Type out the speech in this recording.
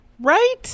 Right